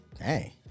hey